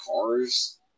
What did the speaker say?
cars